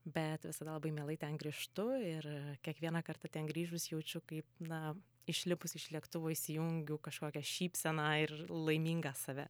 bet visada labai mielai ten grįžtu ir kiekvieną kartą ten grįžus jaučiu kaip na išlipus iš lėktuvo įsijungiu kažkokią šypseną ir laimingą save